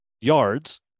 yards